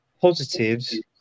positives